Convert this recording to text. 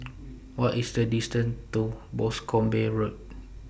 What IS The distance to Boscombe Road